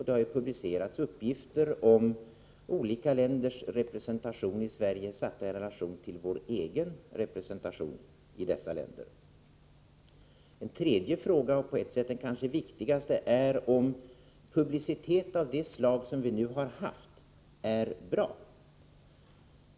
Det kan vara värt att jämföra olika länders representation i Sverige i relation till vår egen representation i dessa länder. En tredje fråga — och på ett sätt den kanske viktigaste — är om publicitet av det slag som vi nu har fått är bra.